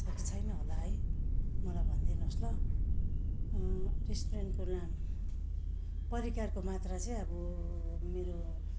छ कि छैन होला है मलाई भनिदिनुहोस् ल रेस्टुरेन्टको नाम परिकारको मात्रा चाहिँ अब मेरो